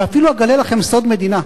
ואפילו אגלה לכם סוד מדינה,